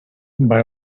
but